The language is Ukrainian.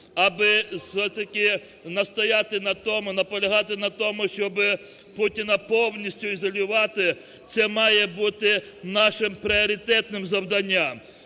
настояти на тому, наполягати на тому, щоби Путіна повністю ізолювати, це має бути нашим пріоритетним завданням.